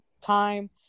time